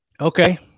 Okay